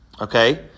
Okay